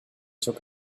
took